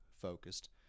focused